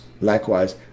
likewise